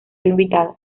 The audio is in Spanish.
invitado